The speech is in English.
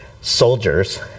soldiers